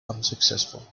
unsuccessful